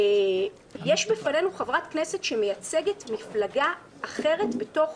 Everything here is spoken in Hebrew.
יש בפנינו חברת כנסת שמייצגת מפלגה אחרת בתוך